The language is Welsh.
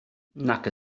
nac